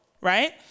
right